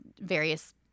various